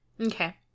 Okay